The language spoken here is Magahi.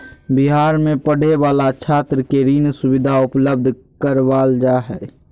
बिहार में पढ़े वाला छात्र के ऋण सुविधा उपलब्ध करवाल जा हइ